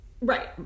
Right